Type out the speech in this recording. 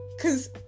cause